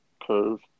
curve